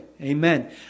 Amen